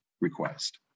request